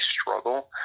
struggle